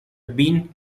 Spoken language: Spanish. bin